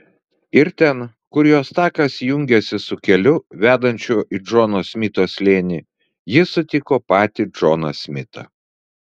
ir ten kur jos takas jungėsi su keliu vedančiu į džono smito slėnį ji sutiko patį džoną smitą